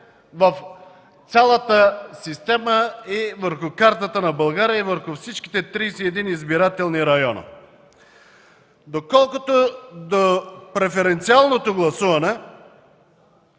в цялата система и върху картата на България, и върху всичките 31 избирателни района. За преференциалното гласуване.